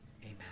Amen